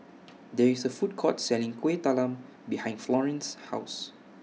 There IS A Food Court Selling Kueh Talam behind Florene's House